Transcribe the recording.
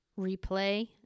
replay